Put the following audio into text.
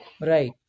Right